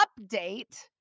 Update